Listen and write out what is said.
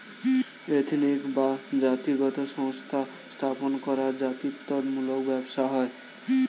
ethnic বা জাতিগত সংস্থা স্থাপন করা জাতিত্ব মূলক ব্যবসা হয়